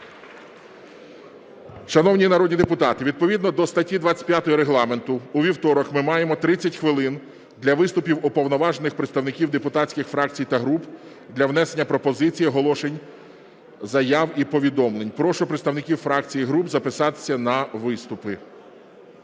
Шановні народні депутати, відповідно до статті 25 Регламенту у вівторок ми маємо 30 хвилин для виступів уповноважених представників депутатських фракцій та груп для внесення пропозицій, оголошень, заяв і повідомлень. Прошу представників фракцій і груп записатися на виступи.